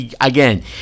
Again